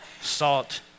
salt